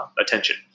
attention